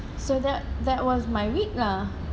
so that that was my week lah